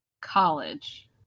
college